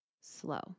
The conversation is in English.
slow